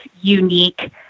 unique